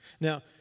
Now